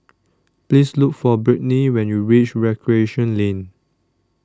Please Look For Britni when YOU REACH Recreation Lane